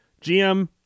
gm